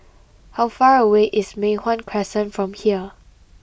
how far away is Mei Hwan Crescent from here